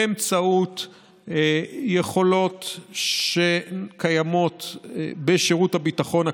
באמצעות יכולות שקיימות בשירות הביטחון הכללי.